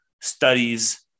studies